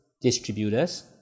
distributors